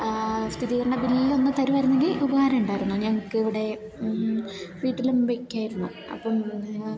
സ്ഥിതീകരണ ബില്ലൊന്ന് തരുമായിരുന്നെങ്കിൽ ഉപകാരമുണ്ടായിരുന്നു ഞങ്ങൾക്കിവിടെ വീട്ടിലും വെക്കാമായിരുന്നു അപ്പം